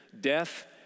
death